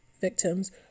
victims